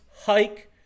hike